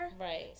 right